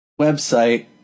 Website